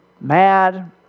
mad